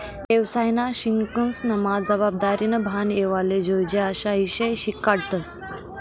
येवसायना शिक्सनमा जबाबदारीनं भान येवाले जोयजे अशा ईषय शिकाडतस